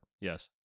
Yes